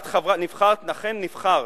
לכן נבחרת.